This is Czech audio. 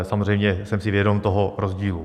Samozřejmě jsem si vědom toho rozdílu.